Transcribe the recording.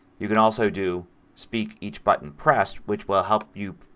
you can also do speak each button pressed which will help you,